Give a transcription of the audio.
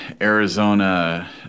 Arizona